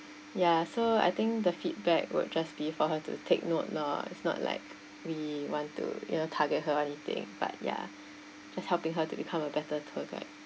ya so I think the feedback would just be for her to take note lah it's not like we want to you know target her or anything but ya just helping her to become a better tour guide